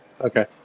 Okay